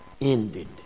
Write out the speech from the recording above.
ended